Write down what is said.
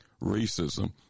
racism